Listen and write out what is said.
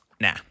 Nah